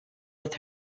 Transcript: with